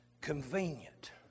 convenient